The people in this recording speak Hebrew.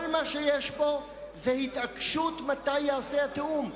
כל מה שיש פה זה התעקשות מתי ייעשה התיאום,